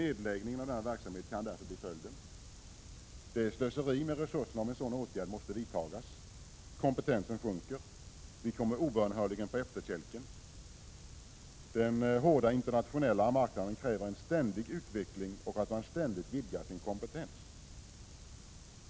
Nedläggning av denna verksamhet kan därför bli följden. Det är slöseri med resurserna om en sådan åtgärd måste vidtas. Kompetensen sjunker. Vi kommer obönhörligen på efterkälken. Den hårda internationella marknaden kräver en ständig utveckling och att man ständigt vidgar sin kompetens.